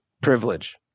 Privilege